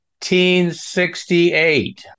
1968